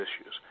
issues